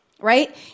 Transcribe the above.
Right